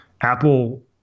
Apple